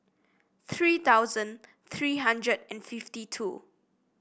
three thousand three hundred and fifty two